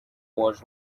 was